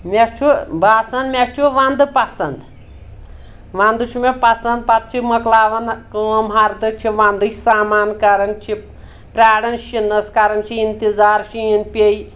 مےٚ چھُ باسان مےٚ چھُ ونٛدٕ پسنٛد وَندٕ چھُ مےٚ پسنٛد پتہٕ چھِ مۄکلاوان کٲم ہردٕ چھِ وَندٕ سامان کران چھِ پیارن شِنَس کران چھِ اِنتِظار شیٖن پیٚیہِ